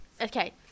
okay